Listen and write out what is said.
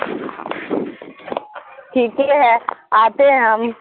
ٹھیک ہے ہے آتے ہیں ہم